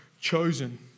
chosen